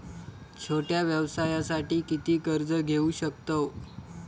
छोट्या व्यवसायासाठी किती कर्ज घेऊ शकतव?